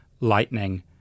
lightning